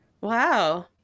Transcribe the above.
Wow